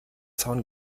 zaun